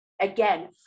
again